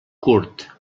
curt